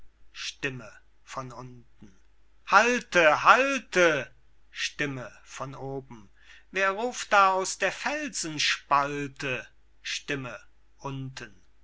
stimme von unten halte halte stimme von oben wer ruft da aus der felsenspalte stimme unten